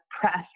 press